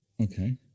Okay